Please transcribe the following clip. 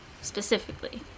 specifically